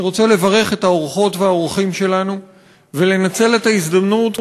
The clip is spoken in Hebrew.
אני רוצה לברך את האורחות והאורחים שלנו ולנצל את ההזדמנות,